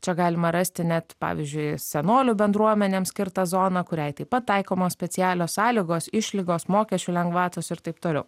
čia galima rasti net pavyzdžiui senolių bendruomenėms skirtą zoną kuriai taip pat taikomos specialios sąlygos išlygos mokesčių lengvatos ir taip toliau